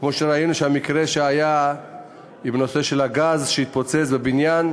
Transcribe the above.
כמו שראינו במקרה שהיה עם בלון הגז שהתפוצץ בבניין,